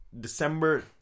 December